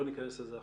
לא ניכנס לזה עכשיו.